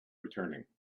returning